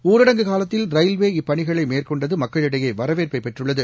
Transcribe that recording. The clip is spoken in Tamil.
ஊரடங்கு காலத்தில் ரயில்வே இப்பணிகளை மேற்கொண்டது மக்களிடையே வரவேற்பை பெற்றுள்ளது